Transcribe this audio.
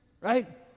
right